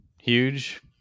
huge